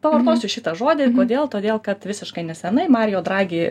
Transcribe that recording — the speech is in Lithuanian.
pavartosiu šitą žodį kodėl todėl kad visiškai nesenai mario dragi